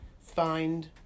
find